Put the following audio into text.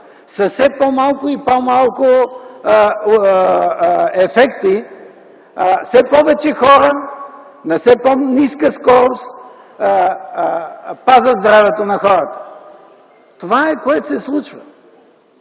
с все по-малко и по-малко ефекти. Все повече хора на все по-ниска скорост пазят здравето на хората. Това се случва.